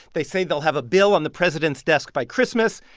they say they'll have a bill on the president's desk by christmas.